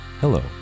hello